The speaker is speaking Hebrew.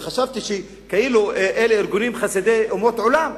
וחשבתי שאלה כאילו ארגונים חסידי אומות העולם.